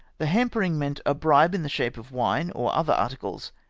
the hampering meant a bribe in the shape of wine or other articles,